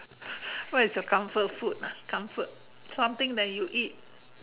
what is your comfort food ah comfort something that you eat